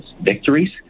victories